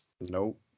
Nope